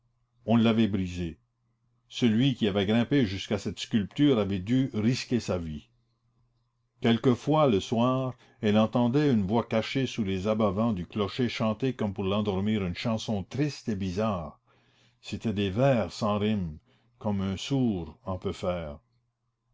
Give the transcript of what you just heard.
on l'avait brisée celui qui avait grimpé jusqu'à cette sculpture avait dû risquer sa vie quelquefois le soir elle entendait une voix cachée sous les abat vent du clocher chanter comme pour l'endormir une chanson triste et bizarre c'étaient des vers sans rime comme un sourd en peut faire